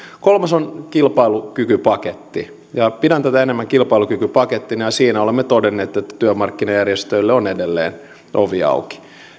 kolmas on kilpailukykypaketti pidän tätä enemmän kilpailukykypakettina siinä olemme todenneet että työmarkkinajärjestöille on edelleen ovi auki